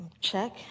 Check